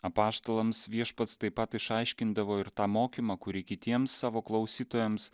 apaštalams viešpats taip pat išaiškindavo ir tą mokymą kurį kitiems savo klausytojams